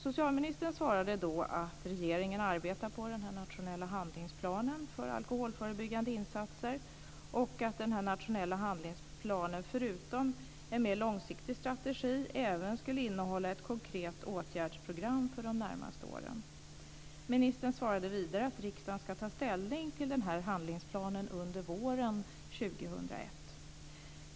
Socialministern svarade då att regeringen arbetar på den här nationella handlingsplanen för alkoholförebyggande insatser och att den nationella handlingsplanen förutom en mer långsiktig strategi även skulle innehålla ett konkret åtgärdsprogram för de närmaste åren. Ministern svarade vidare att riksdagen ska ta ställning till den här handlingsplanen under våren 2001.